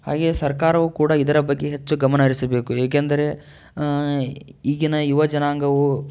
ಹಾಗೆ ಸರ್ಕಾರವೂ ಕೂಡ ಇದರ ಬಗ್ಗೆ ಹೆಚ್ಚು ಗಮನ ಅರಿಸಬೇಕು ಏಕೆಂದರೆ ಈಗಿನ ಯುವ ಜನಾಂಗವು